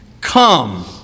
Come